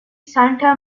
santa